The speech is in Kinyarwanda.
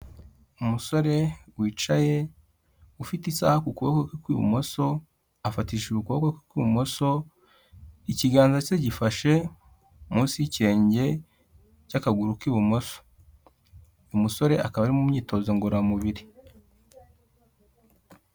Umusore wicaye ufite isaha ku kuboko kwe kw'ibumoso afatisha ukuboko kwe kw'ibumoso, ikiganza cye gifashe munsi y'ikirenge cy'akaguru k'ibumoso, umusore akaba ari mu myitozo ngororamubiri.